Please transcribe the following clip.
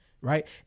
Right